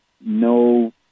no